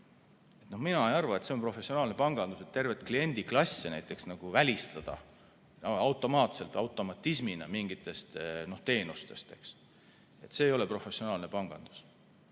Mina ei arva, et see on professionaalne pangandus, kui terveid kliendiklasse näiteks välistada automaatselt, automatismina mingitest teenustest. See ei ole professionaalne pangandus.